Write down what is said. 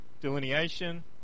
delineation